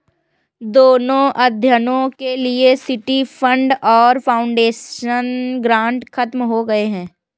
दोनों अध्ययनों के लिए सिटी फंड और फाउंडेशन ग्रांट खत्म हो गए हैं